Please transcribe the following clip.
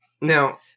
Now